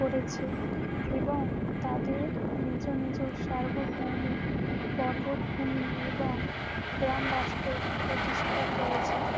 করেছে এবং তাদের নিজ নিজ সার্বভূম পর্বতভূমি এবং গ্রাম রাষ্ট্র প্রতিষ্ঠা করেছে